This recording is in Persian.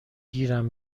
گیرم